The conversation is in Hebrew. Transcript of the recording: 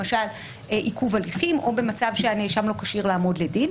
למשל עיכוב הליכים או במצב שהנאשם לא כשיר לעמוד לדין.